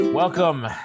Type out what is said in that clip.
Welcome